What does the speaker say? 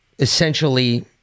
essentially